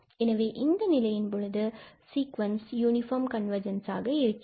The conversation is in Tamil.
எனவே இந்த நிலையின் பொழுது சீக்குவன்ஸ் யூனிபார்ம் கன்வர்ஜென்ஸாக இருக்கிறது